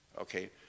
Okay